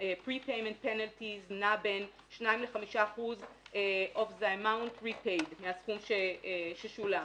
ה pre-payment penalties נעים בין 5-2% מהסכום ששולם.